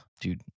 dude